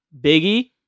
Biggie